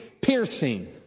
piercing